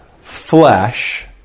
flesh